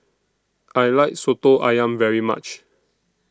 I like Soto Ayam very much